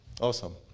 Awesome